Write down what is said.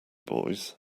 boys